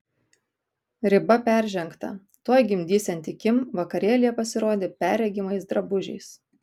riba peržengta tuoj gimdysianti kim vakarėlyje pasirodė perregimais drabužiais